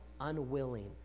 unwilling